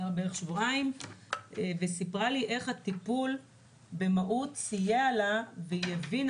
כשבועיים והיא סיפרה לי איך הטיפול במהו"ת סייע לה והיא הבינה